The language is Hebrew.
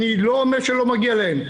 אני לא אומר שלא מגיע להם.